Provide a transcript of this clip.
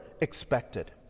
expected